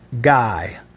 guy